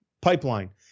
pipeline